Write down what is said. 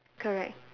correct